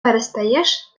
перестаєш